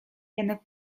janek